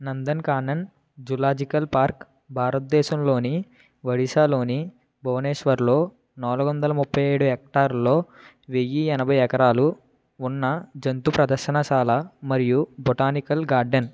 Nandankanan zoological park భారతదేశంలోని ఒడిషాలోని భువనేశ్వర్లో నాలుగు వందల ముప్పై ఏడు హెక్టర్లో వెయ్యి ఎనభై ఎకరాలు ఉన్న జంతుప్రదర్శనశాల మరియు బొటానికల్ గార్డెన్